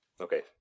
Okay